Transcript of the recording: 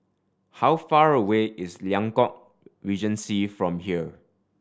how far away is Liang Court Regency from here